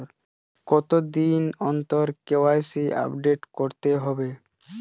কতদিন অন্তর KYC update করতে হবে?